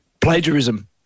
Plagiarism